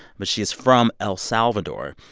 but she is from el salvador.